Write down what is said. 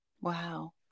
wow